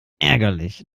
ärgerlich